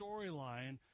storyline